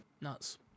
Nuts